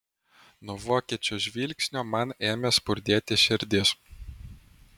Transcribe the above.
nuo vokiečio žvilgsnio man ėmė spurdėti širdis